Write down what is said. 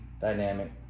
dynamic